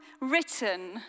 written